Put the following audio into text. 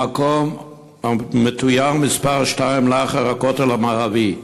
המקום המתויר מספר שתיים, לאחר הכותל המערבי,